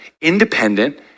independent